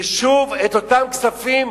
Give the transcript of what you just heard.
ושוב את אותם כספים,